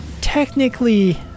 technically